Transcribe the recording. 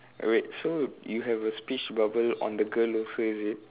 eh wait so you have a speech bubble on the girl also is it